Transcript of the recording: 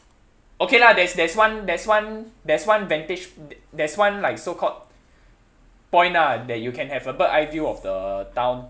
okay lah there's there's one there's one there's one vantage there's one like so called point ah then you can have the bird eye view of the town